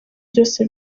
byose